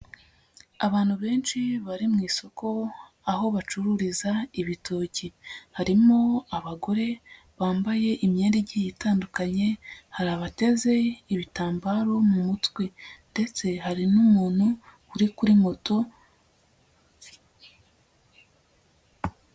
Abantu benshi bari mu isoko aho bacururiza ibitoki, harimo abagore bambaye imyenda igiye itandukanye, hari abateze ibitambaro mu mutwe ndetse hari n'umuntu uri kuri moto.